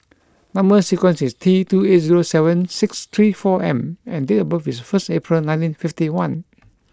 number sequence is T two eight zero seven six three four M and date of birth is first April nineteen fifty one